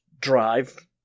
drive